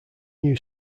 new